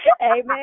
Amen